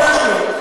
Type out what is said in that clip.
ממש לא.